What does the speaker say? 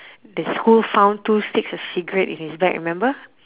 the school found two sticks of cigarette in his bag remember